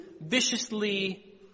viciously